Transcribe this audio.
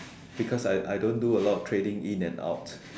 because I I don't do a lot of tradings in and out